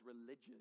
religious